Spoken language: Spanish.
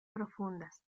profundas